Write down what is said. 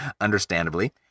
understandably